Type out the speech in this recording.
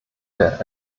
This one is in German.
der